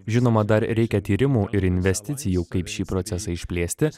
žinoma dar reikia tyrimų ir investicijų kaip šį procesą išplėsti